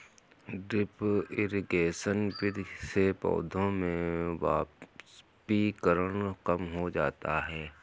drip irrigation विधि से पौधों में वाष्पीकरण कम हो जाता है